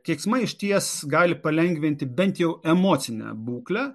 keiksmai išties gali palengvinti bent jau emocinę būklę